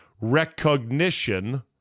Recognition